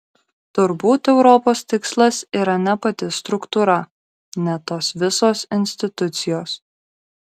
turbūt europos tikslas yra ne pati struktūra ne tos visos institucijos